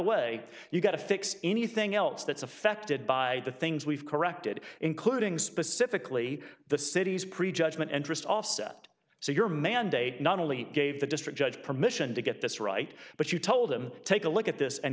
way you've got to fix anything else that's affected by the things we've corrected including specifically the city's pre judgment interest offset so your mandate not only gave the district judge permission to get this right but you told him to take a look at this and